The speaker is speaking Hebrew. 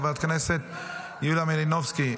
חברת הכנסת יוליה מלינובסקי,